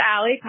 Allie